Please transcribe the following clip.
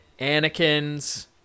Anakin's